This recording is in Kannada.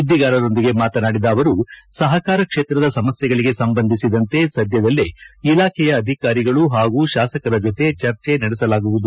ಸುದ್ದಿಗಾರರೊಂದಿಗೆ ಮಾತನಾಡಿದ ಅವರು ಸಹಕಾರ ಕ್ಷೇತ್ರದ ಸಮಸ್ಯೆಗಳಿಗೆ ಸಂಬಂಧಿಸಿದಂತೆ ಸದ್ಯದಲ್ಲೇ ಇಲಾಖೆಯ ಅಧಿಕಾರಿಗಳು ಹಾಗೂ ಶಾಸಕರ ಜತೆ ಚರ್ಚೆ ನಡೆಸಲಾಗುವುದು